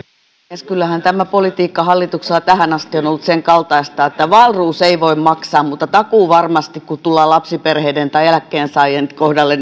kyllähän tämä politiikka hallituksella tähän asti on ollut sen kaltaista että wahlroos ei voi maksaa mutta takuuvarmasti kun tullaan lapsiperheiden tai eläkkeensaajien kohdalle